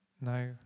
No